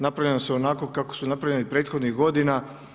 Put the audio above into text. Napravljena su onako kako su napravljena i prethodnih godina.